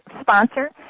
sponsor